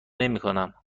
نمیکنم